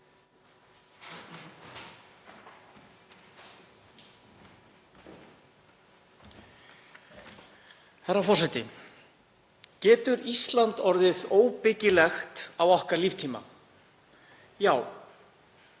Herra forseti. Getur Ísland orðið óbyggilegt á okkar líftíma? Já.